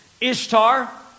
Ishtar